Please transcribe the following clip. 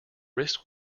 wrist